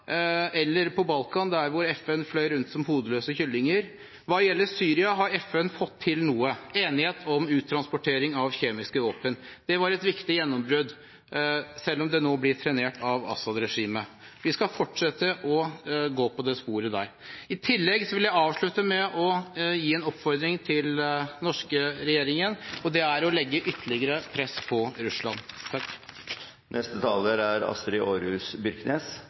Balkan, der FN fløy rundt som hodeløse kyllinger. Hva gjelder Syria, har FN fått til noe: enighet om uttransportering av kjemiske våpen. Det var et viktig gjennombrudd, selv om det nå blir trenert av Assad-regimet. Vi skal fortsette å gå i det sporet. I tillegg vil jeg avslutte med å gi en oppfordring til den norske regjeringen om å legge ytterligere press på Russland. Dei veldige konfliktane og dei grufulle humanitære katastrofane vi no ser i Syria og i Sør-Sudan, er